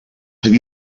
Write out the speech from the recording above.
have